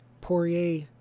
Poirier